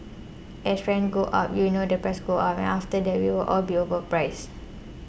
as rents go up you know the prices go up and after a while we'll be overpriced